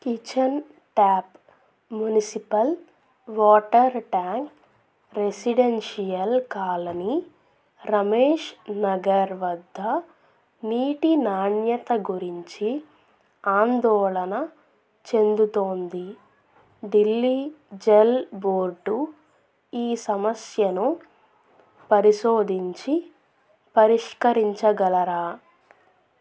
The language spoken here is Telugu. kitchen tap municipal water tank residential colony Ramesh Nagar వద్ద నీటి నాణ్యత గురించి ఆందోళన చెందుతోంది ఢిల్లీ జల్ బోర్డు ఈ సమస్యను పరిశోధించి పరిష్కరించగలరా